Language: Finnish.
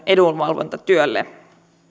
edunvalvontatyölle